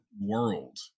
world